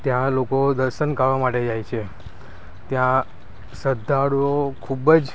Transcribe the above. ત્યાં લોકો દર્શન કરવા માટે જાય છે ત્યાં શ્રદ્ધાળુઓ ખૂબ જ